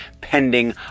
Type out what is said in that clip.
pending